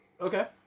Okay